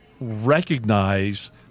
recognize